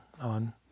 on